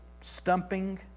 stumping